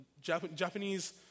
Japanese